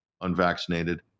unvaccinated